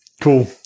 Cool